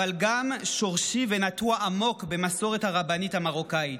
אבל גם שורשי ונטוע עמוק במסורת הרבנית המרוקאית.